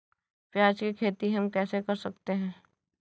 प्याज की खेती हम कैसे कर सकते हैं?